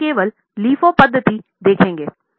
अब हम केवल LIFO पद्धति देखेंगे